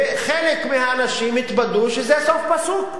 וחלק מהאנשים התבטאו שזה סוף פסוק,